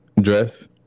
dress